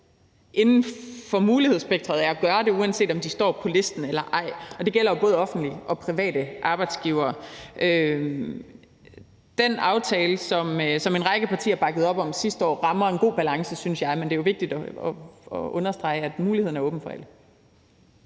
inden for mulighedsspektret af at gøre det, uanset om de står på listen eller ej, og det gælder jo både offentlige og private arbejdsgivere. Den aftale, som en række partier bakkede op om sidste år, rammer en god balance, synes jeg. Men det er vigtigt at understrege, at muligheden er åben for alle.